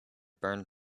burned